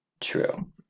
True